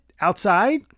outside